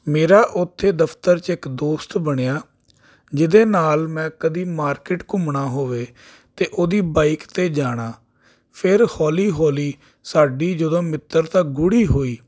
ਮੇਰਾ ਉੱਥੇ ਦਫ਼ਤਰ 'ਚ ਇੱਕ ਦੋਸਤ ਬਣਿਆ ਜਿਹਦੇ ਨਾਲ ਮੈਂ ਕਦੇ ਮਾਰਕੀਟ ਘੁੰਮਣਾ ਹੋਵੇ ਤਾਂ ਉਹਦੀ ਬਾਈਕ 'ਤੇ ਜਾਣਾ ਫਿਰ ਹੌਲੀ ਹੌਲੀ ਸਾਡੀ ਜਦੋਂ ਮਿੱਤਰਤਾ ਗੂੜੀ ਹੋਈ